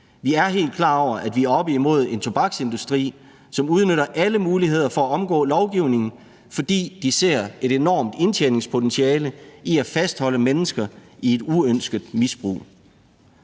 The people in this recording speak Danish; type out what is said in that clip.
Vi er helt klar over, at vi er oppe imod en tobaksindustri, som udnytter alle muligheder for at omgå lovgivningen, fordi de ser et enormt indtjeningspotentiale i at fastholde mennesker i et uønsket misbrug.